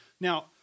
Now